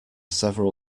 several